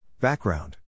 Background